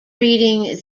reading